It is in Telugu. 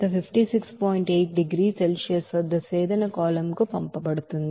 8 డిగ్రీల సెల్సియస్ వద్ద డిస్టిలేషన్ కాలమ్ కు పంపబడుతుంది